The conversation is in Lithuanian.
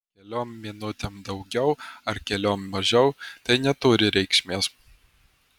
keliom minutėm daugiau ar keliom mažiau tai neturi reikšmės